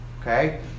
Okay